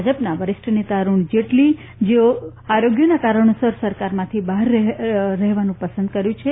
ભાજપના વરિષ્ઠ નેતા અરુણ જેટલી જેઓએ આરોગ્યના કારણોસર સરકારમાંથી બહાર રહેવાનું પસંદ કર્યું હતું